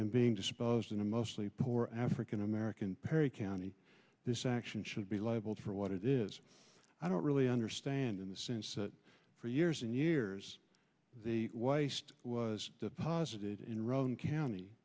and being disposed in a mostly poor african american perry county this action should be labeled for what it is i don't really understand in the sense that for years and years the waste was deposited in roane county